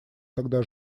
тогда